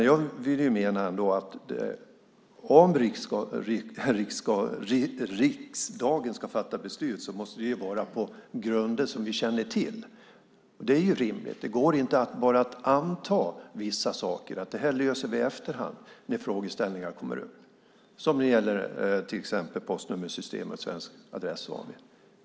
Jag menar att om riksdagen ska fatta beslut måste det vara på grunder som vi känner till; det är rimligt. Det går inte att bara anta vissa saker och att säga att det här löser vi allteftersom frågor kommer upp. Till exempel tänker jag då på postnummersystemet och Svensk Adressändring AB.